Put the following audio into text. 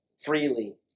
freely